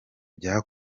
bya